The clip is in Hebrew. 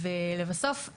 לבסוף,